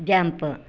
jump